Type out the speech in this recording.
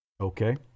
Okay